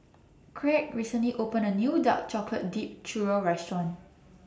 Kraig recently opened A New Dark Chocolate Dipped Churro Restaurant